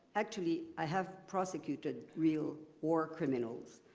actually, i have prosecuted real war criminals.